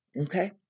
Okay